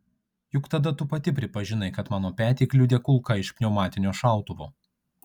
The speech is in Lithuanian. juk tada tu pati pripažinai kad mano petį kliudė kulka iš pneumatinio šautuvo